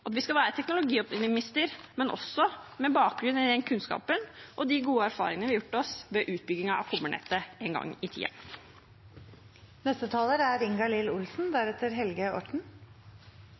Vi skal være teknologioptimister, men med bakgrunn i den kunnskapen og de gode erfaringene vi har gjort oss ved utbygging av kobbernettet en gang i tiden. I Norge har 86 pst. av befolkningen høyhastighetsbredbånd. Det er